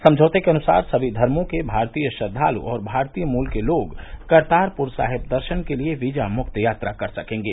समझौते के अनुसार सभी धर्मों के भारतीय श्रद्वालु और भारतीय मूल के लोग करतारपुर साहिब दर्शन के लिए वीजा मुक्त यात्रा कर सकेंगे